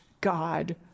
God